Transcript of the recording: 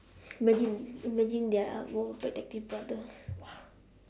imagine imagine they are both protective brother !wah!